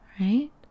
right